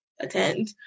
attend